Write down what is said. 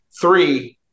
Three